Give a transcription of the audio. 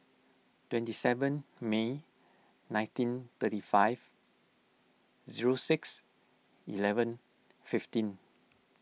twenty seven May nineteen thirty five zero six eleven fifteen